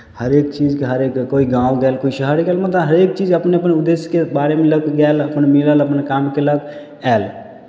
हरेक चीजके हरेक कोइ गाँव गएल कोइ शहर गएल मुदा हरेक चीज अपन अपन उद्देश्यके बारेमे लऽ कऽ गएल अपन मिलल अपन काम कयलक आयल